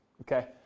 okay